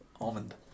Almond